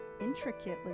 intricately